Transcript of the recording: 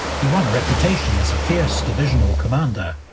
he won a reputation as a fierce divisional commander,